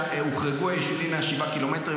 שהוחרגו היישובים מ-7 קילומטרים,